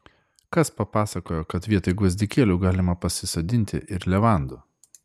kas papasakojo kad vietoj gvazdikėlių galima pasisodinti ir levandų